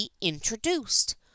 introduced